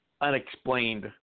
unexplained